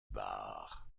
bar